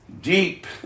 Deep